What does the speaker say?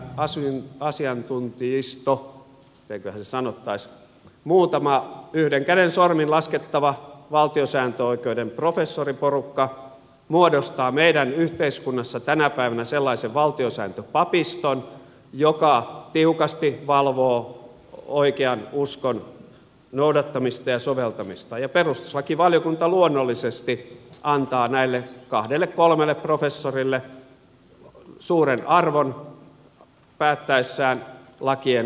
pääsyy asian kun viisto eikä hän saanut taas asiantuntijaisto yhden käden sormin laskettava valtiosääntöoikeuden professoriporukka muodostaa meidän yhteiskunnassamme tänä päivänä sellaisen valtiosääntöpapiston joka tiukasti valvoo oikean uskon noudattamista ja soveltamista ja perustuslakivaliokunta luonnollisesti antaa näille kahdelle kolmelle professorille suuren arvon päättäessään lakien perustuslainmukaisuudesta